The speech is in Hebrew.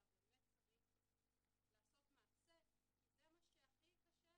אלא צריך לעשות מעשה כי זה מה שהכי קשה